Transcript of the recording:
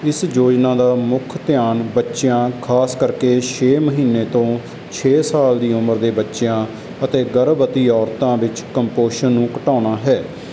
ਇਸ ਯੋਜਨਾ ਦਾ ਮੁੱਖ ਧਿਆਨ ਬੱਚਿਆਂ ਖਾਸ ਕਰਕੇ ਛੇ ਮਹੀਨੇ ਤੋਂ ਛੇ ਸਾਲ ਦੀ ਉਮਰ ਦੇ ਬੱਚਿਆਂ ਅਤੇ ਗਰਭਵਤੀ ਔਰਤਾਂ ਵਿੱਚ ਕੁਪੋਸ਼ਣ ਨੂੰ ਘਟਾਉਣਾ ਹੈ